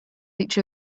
each